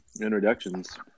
introductions